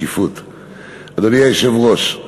אדוני היושב-ראש,